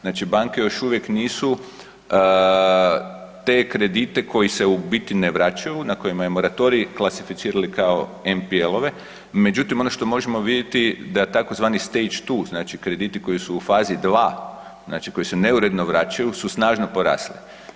Znači banke još uvijek nisu te kredite koji se u biti ne vraćaju, na kojima je moratorij, klasificirale kao MPL-ove, međutim ono što možemo vidjeti da tzv. stage two, krediti koji su u fazi 2, znači koji se neuredno vraćaju su snažno porasli.